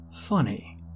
Funny